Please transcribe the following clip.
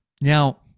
Now